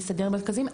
לסדר מרכזים,